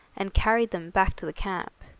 and carried them back to the camp.